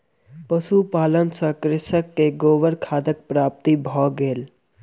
पशुपालन सॅ कृषक के गोबर खादक प्राप्ति भ गेल